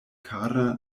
kara